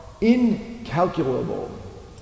incalculable